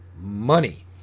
money